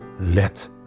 Let